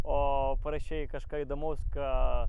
o parašei kažką įdomaus ką